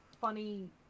funny